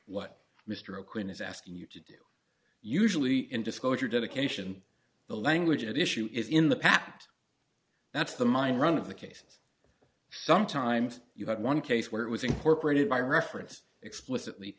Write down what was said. what mr o'quinn is asking you to do usually in disclosure dedication the language at issue is in the pap that's the mind run of the cases sometimes you had one case where it was incorporated by reference explicitly